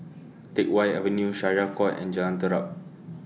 Teck Whye Avenue Syariah Court and Jalan Terap